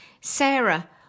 Sarah